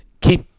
keep